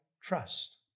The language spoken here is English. trust